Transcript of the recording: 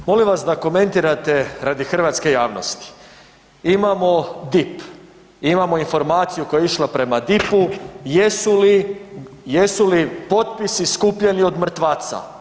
Molim vas da komentirate radi hrvatske javnosti, imamo DIP, imamo informaciju koja je išla prema DIP-u, jesu li potpisi skupljeni od mrtvaca?